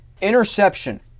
Interception